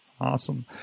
Awesome